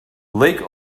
lake